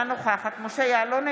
אינה נוכחת משה יעלון,